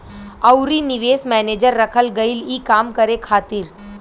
अउरी निवेश मैनेजर रखल गईल ई काम करे खातिर